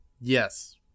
Yes